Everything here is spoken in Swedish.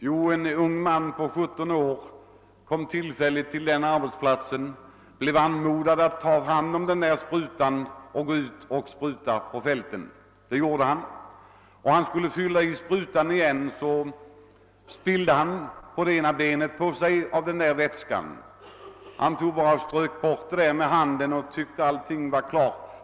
Jo, en ung man på 17 år kom tillfälligt till arbetsplatsen och blev anmodad att ta hand om sprutan och bespruta fälten. Det gjorde han, och då han skulle fylla på sprutan råkade han spilla av vätskan på ena benet. Han strök bara bort det med handen och tyckte att allting var klart.